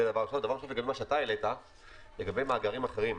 דבר שני, מה שאתה העלית לגבי מאגרים אחרים.